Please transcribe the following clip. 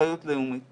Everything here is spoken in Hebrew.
אחריות לאומית.